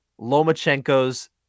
lomachenko's